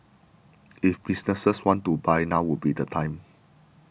if businesses want to buy now would be the time